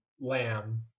lamb